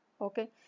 okay